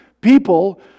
people